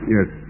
Yes